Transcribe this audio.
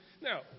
Now